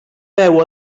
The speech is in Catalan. veu